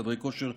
חדרי כושר,